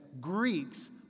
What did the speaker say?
Greeks